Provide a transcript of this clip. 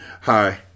Hi